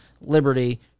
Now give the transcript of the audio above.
liberty